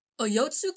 Oyotsu